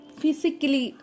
physically